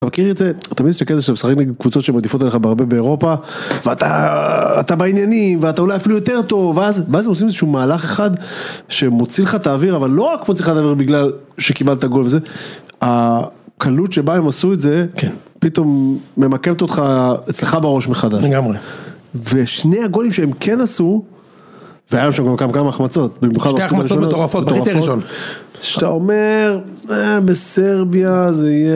אתה מכיר את זה? אתה מכיר את זה כשאתה משחק עם קבוצות שעדיפות עליך בהרבה באירופה, ואתה בעניינים, ואתה אולי אפילו יותר טוב, ואז הם עושים איזשהו מהלך אחד, שמוציא לך את האוויר, אבל לא רק מוציא לך את האוויר בגלל שקיבלת גול וזה, הקלות שבה הם עשו את זה, פתאום ממקמת אותך אצלך בראש מחדש. לגמרי. ושני הגולים שהם כן עשו, והיו שם גם כמה החמצות, שתי החמצות מטורפות, בחצי הראשון. כשאתה אומר בסרביה זה יהיה...